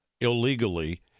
illegally